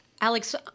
Alex